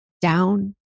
down